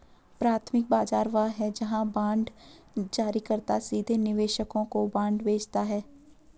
प्राथमिक बाजार वह है जहां बांड जारीकर्ता सीधे निवेशकों को बांड बेचता है